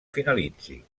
finalitzi